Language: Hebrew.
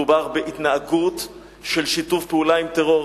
מדובר בהתנהגות של שיתוף פעולה עם טרור,